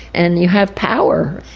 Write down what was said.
and you have power.